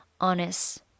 honest